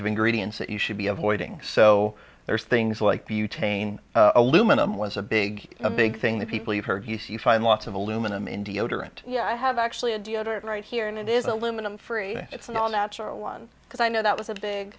of ingredients that you should be avoiding so there's things like butane aluminum was a big a big thing the people you've heard use you find lots of aluminum in deodorant yeah i have actually a deodorant right here and it is aluminum free it's an all natural one because i know that was a big